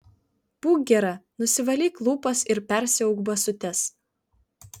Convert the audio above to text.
būk gera nusivalyk lūpas ir persiauk basutes